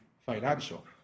financial